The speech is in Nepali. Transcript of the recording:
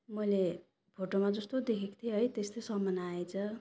मैले फोटोमा जस्तो देखेको थिएँ है त्यस्तै सामान आएछ